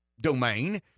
domain